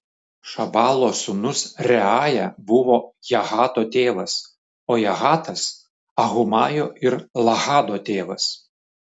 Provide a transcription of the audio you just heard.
šobalo sūnus reaja buvo jahato tėvas o jahatas ahumajo ir lahado tėvas